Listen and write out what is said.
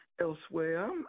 elsewhere